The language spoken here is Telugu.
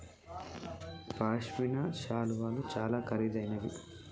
పశ్మిన శాలువాలు చాలా ఖరీదైనవి